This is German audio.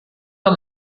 der